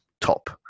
top